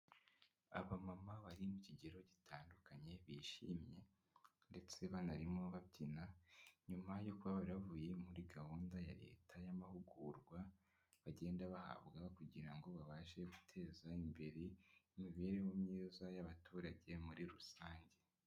Abamama bari mu kigero gitandukanye bishimye ndetse banarimo babyina, nyuma yo kuba bari bavuye muri gahunda ya leta y'amahugurwa bagenda bahabwa kugira ngo babashe guteza imbere imibereho myiza y'abaturage muri rusange.